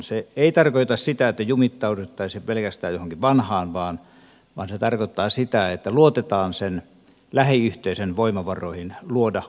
se ei tarkoita sitä että jumittauduttaisiin pelkästään johonkin vanhaan vaan se tarkoittaa sitä että luotetaan sen lähiyhteisön voimavaroihin luoda uutta